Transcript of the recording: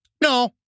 No